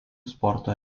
sporto